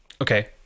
okay